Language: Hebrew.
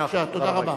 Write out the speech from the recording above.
תודה רבה.